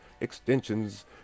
extensions